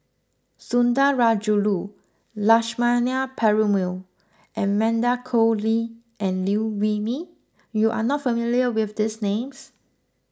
Sundarajulu Lakshmana Perumal Amanda Koe Lee and Liew Wee Mee you are not familiar with these names